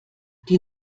die